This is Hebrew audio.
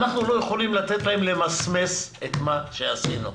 אנחנו לא יכולים לתת להם למסמס את מה שעשינו.